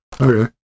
Okay